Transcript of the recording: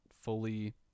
fully